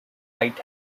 right